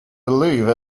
believe